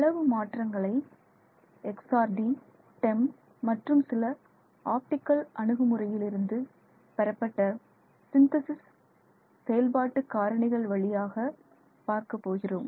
அளவு மாற்றங்களை XRD TEM மற்றும் சில ஆப்டிகல் அணுகுமுறையில் இருந்து பெறப்பட்ட சிந்தேசிஸ் செயல்பாட்டுக் காரணிகள் வழியாக பார்க்கப் போகிறோம்